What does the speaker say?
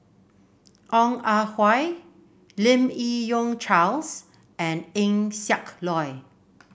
Ong Ah Hoi Lim Yi Yong Charles and Eng Siak Loy